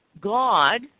God